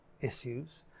issues